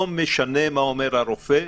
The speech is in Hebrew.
לא משנה מה אומר הרופא,